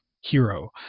hero